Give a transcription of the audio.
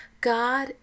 God